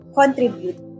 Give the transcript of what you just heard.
contribute